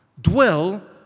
dwell